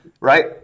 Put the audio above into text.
Right